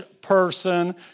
person